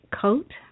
coat